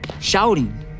shouting